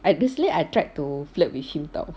I basically I tried to flirt with him [tau]